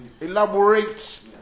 elaborate